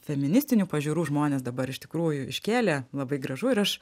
feministinių pažiūrų žmonės dabar iš tikrųjų iškėlė labai gražu ir aš